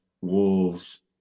wolves